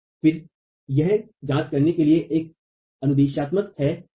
फिर यह जांच करने के लिए अनुदेशात्मक है ठीक है